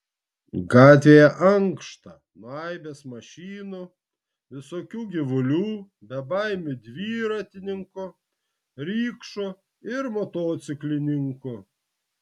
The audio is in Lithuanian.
gatvėje ankšta nuo aibės mašinų visokių gyvulių bebaimių dviratininkų rikšų ir motociklininkų